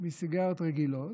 מסיגריות רגילות.